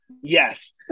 Yes